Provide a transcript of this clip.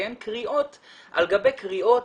קריאות על גבי קריאות,